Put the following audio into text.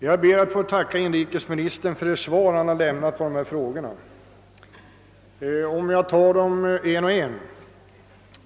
Jag ber att få tacka inrikesministern för det svar han nu lämnat på dessa frågor, och jag tar dem här en och en när jag kommenterar inrikesministerns svar.